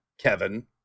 Kevin